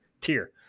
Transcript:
tier